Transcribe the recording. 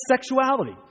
sexuality